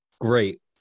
great